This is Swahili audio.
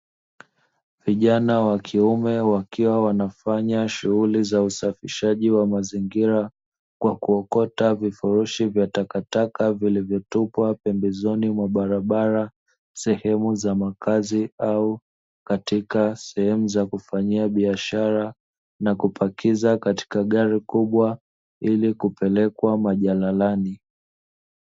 Vijana wa kiume wakiwa wanafanya shughuli za usafishaji wa mazingira, kwa kuokota vifurushi vya takataka vilivyotupwa pembezoni mwa barabara, sehemu za makazi au katika sehemu za kufanyia biashara, na kupakiza katika gari kubwa ili kupelekwa majalalani.